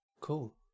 Cool